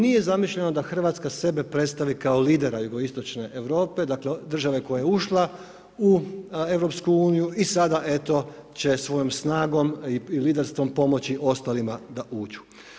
Nije zamišljeno da Hrvatska sebe predstavi kao lidera jugoistočne Europe, dakle, države koja je ušla u EU i sada eto, će svojom snagom i liderstvom pomoći ostalima da uđu.